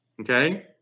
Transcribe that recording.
okay